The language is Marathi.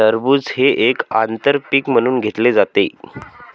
टरबूज हे एक आंतर पीक म्हणून घेतले जाते